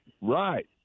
right